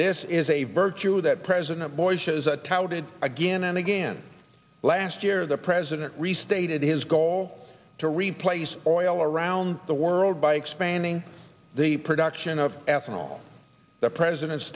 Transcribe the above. this is a virtue that president bush has a touted again and again last year the president restated his goal to replace oil around the world by expanding the production of ethanol the president